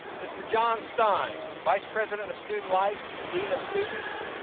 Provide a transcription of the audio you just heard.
mr. john stein, vice president of student life and dean of students.